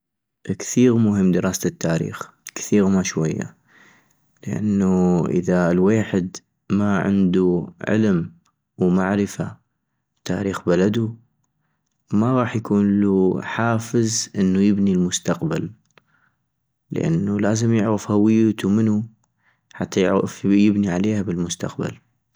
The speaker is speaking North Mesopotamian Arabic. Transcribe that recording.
كثيغ مهم دراسة التاريخ، كثيغ ما شوية -لانو الويحد اذا ما عندو علم ومعرفة بتاريخ بلدو ما غاح يكونلو حافظ انو يبني المستقبل، لانو لازم يعغف هويتو منو حتى يعغف يبني عليها بالمستقبل